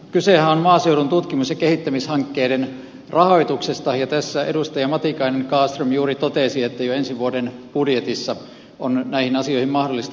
kysehän on maaseudun tutkimus ja kehittämishankkeiden rahoituksesta ja tässä edustaja matikainen kallström juuri totesi että jo ensi vuoden budjetissa on näihin asioihin mahdollista puuttua